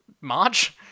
March